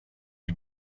you